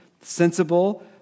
Sensible